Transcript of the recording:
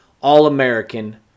All-American